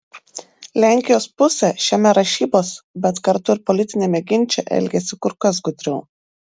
lenkijos pusė šiame rašybos bet kartu ir politiniame ginče elgiasi kur kas gudriau